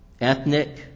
ethnic